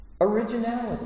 Originality